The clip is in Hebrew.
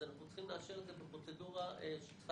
אז אנחנו צריכים לאשר את זה בפרוצדורה שצריכה